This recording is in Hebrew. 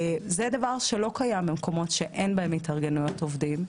זה דבר שלא קיים במקומות שאין בהם התארגנויות עובדים,